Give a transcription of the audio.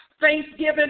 Thanksgiving